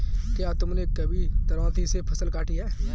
क्या तुमने कभी दरांती से फसल काटी है?